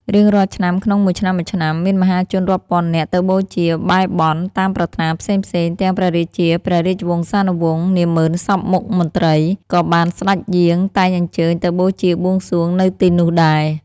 រៀងរាល់ឆ្នាំក្នុងមួយឆ្នាំៗ មានមហាជនរាប់ពាន់នាក់ ទៅបូជា បែរបន់ តាមប្រាថ្នាផេ្សងៗ ទាំងព្រះរាជាព្រះរាជវង្សានុវង្ស នាម៉ឺនសព្វមុខមន្រ្តី ក៏បានសេ្តចយាង តែងអញ្ជើញទៅបូជាបួងសួងនៅទីនោះដែរ។